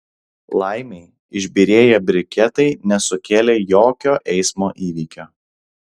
laimei išbyrėję briketai nesukėlė jokio eismo įvykio